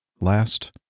last